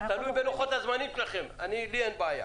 תלוי בלוחות הזמנים שלכם, לי אין בעיה.